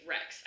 Rex